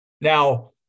Now